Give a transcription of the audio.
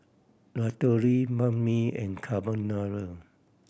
Ratatouille Banh Mi and Carbonara